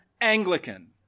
Anglican